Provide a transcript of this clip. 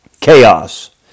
Chaos